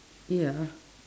ya